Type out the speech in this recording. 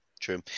True